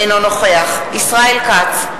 אינו נוכח ישראל כץ,